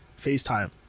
FaceTime